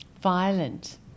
violent